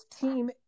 team